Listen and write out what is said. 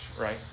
right